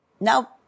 now